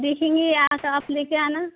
देखेंगे तो आप ले के आना